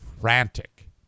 frantic